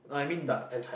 I mean